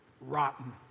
rotten